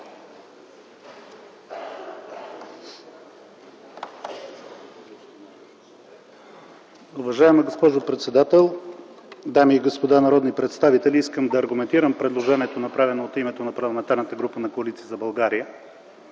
(КБ): Госпожо председател, дами и господа народни представители! Искам да аргументирам предложението, направено от името на Парламентарната